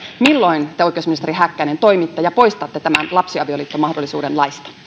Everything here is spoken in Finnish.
milloin te oikeusministeri häkkänen toimitte ja poistatte tämän lapsiavioliittomahdollisuuden laista